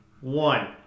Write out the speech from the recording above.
One